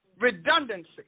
redundancy